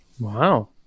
Wow